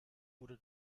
wurde